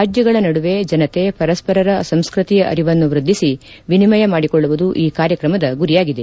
ರಾಜ್ಙಗಳ ನಡುವೆ ಜನತೆ ಪರಸ್ಪರರ ಸಂಸ್ಟತಿಯ ಅರಿವನ್ನು ವೃದ್ಧಿಸಿ ವಿನಿಮಯ ಮಾಡಿಕೊಳ್ಳುವುದು ಈ ಕಾರ್ಯಕ್ರಮದ ಗುರಿಯಾಗಿದೆ